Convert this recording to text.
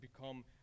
become